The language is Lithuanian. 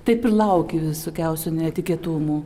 taip ir lauki visokiausių netikėtumų